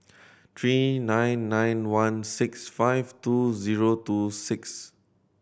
three nine nine one six five two zero two six